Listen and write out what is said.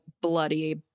bloody